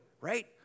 right